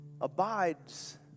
Abides